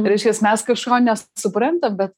reiškias mes kažko nes suprantam bet